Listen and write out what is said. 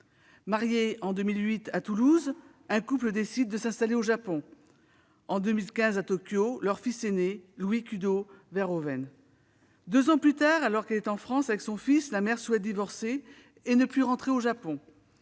mariage en 2008 à Toulouse, un couple décide de s'installer au Japon. En 2015, son fils, Louis Kudo-Verhoeven, naît à Tokyo. Deux ans plus tard, alors qu'elle est en France avec son fils, la mère souhaite divorcer et ne plus rentrer au Japon.